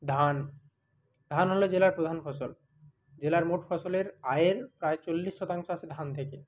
ধান ধান হলো জেলার প্রধান ফসল জেলার মোট ফসলের আয়ের প্রায় চল্লিশ শতাংশ আসে ধান থেকে